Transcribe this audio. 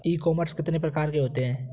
ई commerce कितने प्रकार के होते हैं?